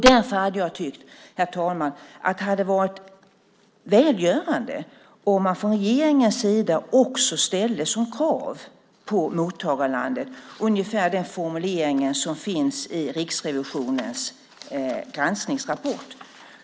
Därför tycker jag, herr talman, att det hade varit välgörande om man från regeringens sida också ställt som krav på mottagarlandet ungefär den formulering som finns i Riksrevisionens granskningsrapport.